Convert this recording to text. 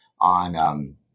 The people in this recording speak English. on